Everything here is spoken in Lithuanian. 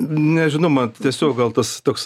nežinau man tiesiog gal tas toks